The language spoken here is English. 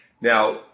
Now